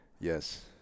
Yes